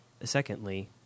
Secondly